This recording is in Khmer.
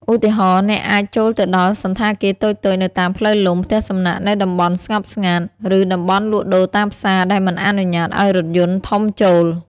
ឧទាហរណ៍ អ្នកអាចចូលទៅដល់សណ្ឋាគារតូចៗនៅតាមផ្លូវលំ ផ្ទះសំណាក់នៅតំបន់ស្ងប់ស្ងាត់ ឬតំបន់លក់ដូរតាមផ្សារដែលមិនអនុញ្ញាតឱ្យរថយន្តធំចូល។